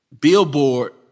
Billboard